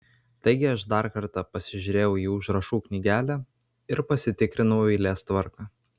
taigi aš dar kartą pasižiūrėjau į užrašų knygelę ir pasitikrinau eilės tvarką